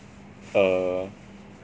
err